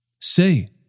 Say